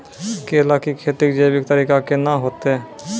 केला की खेती जैविक तरीका के ना होते?